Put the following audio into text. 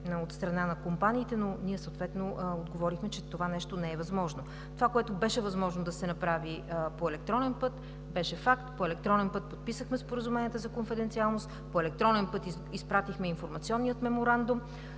от страна на компаниите, но ние съответно отговорихме, че това нещо не е възможно. Това, което беше възможно да се направи по електронен път, беше факт. По електронен път подписахме споразуменията за конфиденциалност, по електронен път изпратихме информационния меморандум,